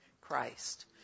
Christ